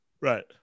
Right